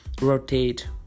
rotate